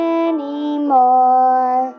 anymore